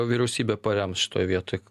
vyriausybė parems šitoj vietoj